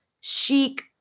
chic